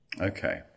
Okay